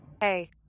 Hey